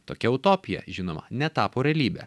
tokia utopija žinoma netapo realybe